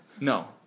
No